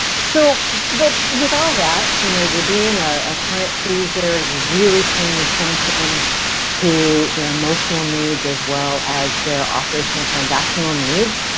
so but with all that, you know you're being a client pleaser, you're really paying attention to their emotional needs as well as their operational transactional needs.